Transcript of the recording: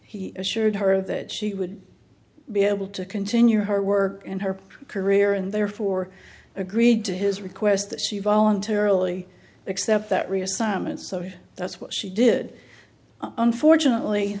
he assured her that she would be able to continue her work in her career and therefore agreed to his request that she voluntarily accept that reassignment so that's what she did unfortunately